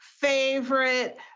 favorite